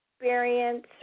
experience